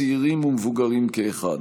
צעירים ומבוגרים כאחד.